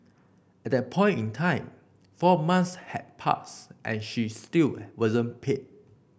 at that point in time four months had passed and she still wasn't paid